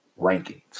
rankings